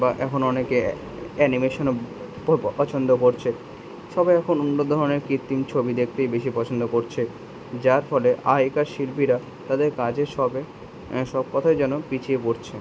বা এখন অনেকে অ্যানিমেশনও পছন্দ করছে সবাই এখন অন্য ধরনের কৃত্তিম ছবি দেখতেই বেশি পছন্দ করছে যার ফলে আগেকার শিল্পীরা তাদের কাজের সবে সব কথায় যেন পিছিয়ে পড়ছেন